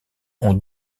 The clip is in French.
ont